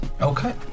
Okay